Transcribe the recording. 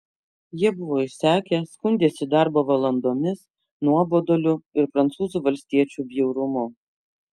jie buvo išsekę skundėsi darbo valandomis nuoboduliu ir prancūzų valstiečių bjaurumu